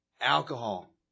Alcohol